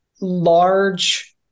large